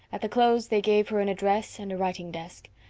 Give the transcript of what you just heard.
at the close they gave her an address and a writing desk.